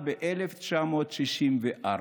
נוסדה ב-1964,